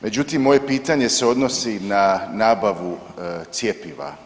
Međutim, moje pitanje se odnosi na nabavu cjepiva.